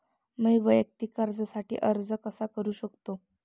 मी वैयक्तिक कर्जासाठी अर्ज कसा करु शकते?